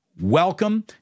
welcome